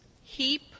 heap